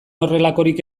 horrelakorik